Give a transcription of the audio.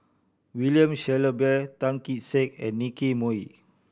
William Shellabear Tan Kee Sek and Nicky Moey